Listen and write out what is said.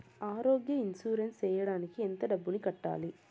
ఆరోగ్య ఇన్సూరెన్సు సేయడానికి ఎంత డబ్బుని కట్టాలి?